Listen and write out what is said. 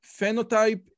phenotype